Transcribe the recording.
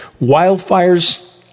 Wildfires